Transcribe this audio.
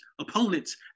opponents